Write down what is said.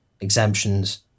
exemptions